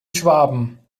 schwaben